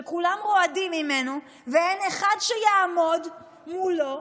כולם רועדים ממנו ואין אחד שיעמוד מולו,